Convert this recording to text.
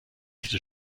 diese